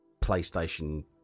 PlayStation